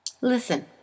Listen